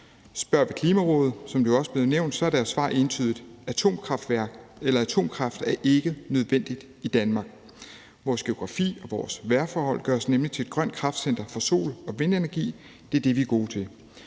også er blevet nævnt, er deres svar entydigt: Atomkraft er ikke nødvendigt i Danmark; vores geografi og vores vejrforhold gør os nemlig til et grønt kraftcenter for sol- og vindenergi. Det er det, vi er gode til.